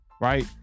Right